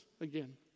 again